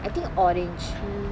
I think orange